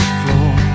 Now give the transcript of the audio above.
floor